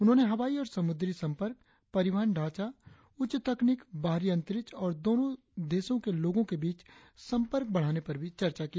उन्होंने हवाइ और समुद्री संपर्क परिवहन ढांचा उच्च तकनीक बाहरी अंतरिक्ष और दोनो देशों के लोगों के बीच संपर्क बढ़ाने पर भी चर्चा की